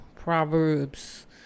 Proverbs